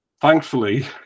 thankfully